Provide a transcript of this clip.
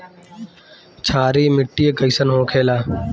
क्षारीय मिट्टी कइसन होखेला?